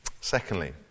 Secondly